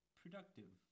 productive